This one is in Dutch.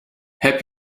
heb